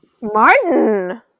Martin